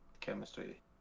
chemistry